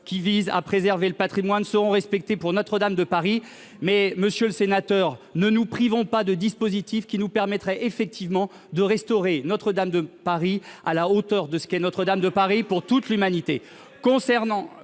qui vise à préserver le Patrimoine seront respectées pour Notre-Dame de Paris, mais, Monsieur le Sénateur, ne nous privons pas de dispositif qui nous permettrait effectivement de restaurer Notre-Dame de Paris, à la hauteur de ce qu'est notre dame de Paris pour toute l'humanité